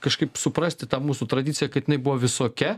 kažkaip suprasti tą mūsų tradiciją kad jinai buvo visokia